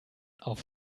auf